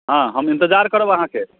हँ हम इन्तजार करब अहाँकेँ